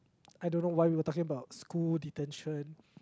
I don't know why we were talking about school detention